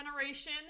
generation